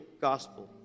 gospel